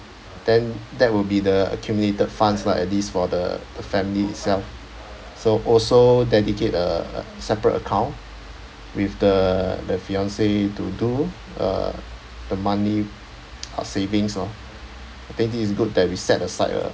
then that will be the accumulated funds lah at least for the the family itself so also dedicate a separate account with the the fiance to do uh the monthly savings loh I think it is good that we set aside a